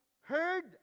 heard